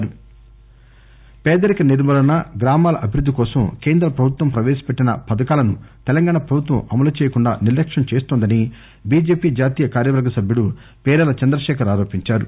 Nalgonda BJP పేదరిక నిర్మూలన గ్రామాల అభివృద్ది కోసం కేంద్ర ప్రభుత్వం ప్రవేశపెట్టిన పథకాలను తెలంగాణ ప్రభుత్వం అమలు చేయకుండా నిర్లక్ష్యం చేస్తోందని బిజెపి జాతీయ కార్యవర్గ సభ్యుడు పేరాల చంద్రశేఖర్ ఆరోపించారు